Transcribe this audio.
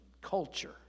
culture